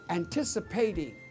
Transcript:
anticipating